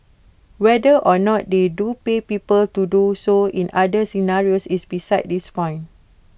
whether or not they do pay people to do so in other scenarios is besides this point